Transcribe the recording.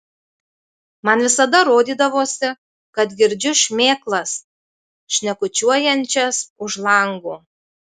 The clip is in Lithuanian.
man visada rodydavosi kad girdžiu šmėklas šnekučiuojančias už lango